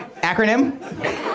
acronym